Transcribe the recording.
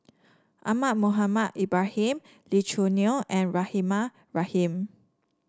Ahmad Mohamed Ibrahim Lee Choo Neo and Rahimah Rahim